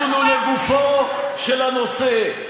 תדונו לגופו של הנושא,